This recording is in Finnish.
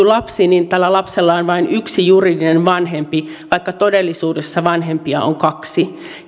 lapsi niin tällä lapsella on vain yksi juridinen vanhempi vaikka todellisuudessa vanhempia on kaksi